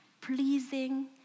pleasing